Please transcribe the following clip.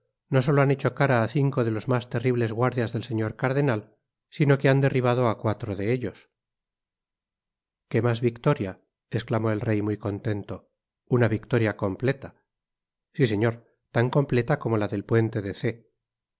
no solo han hecho cara á cinco de los mas lerrimes guardias del señor cardenal sino que han derribado a cuatro de ellos qué mas victoria esclamó el rey muy contento una victoria completa si señor tan compteta como la del puente de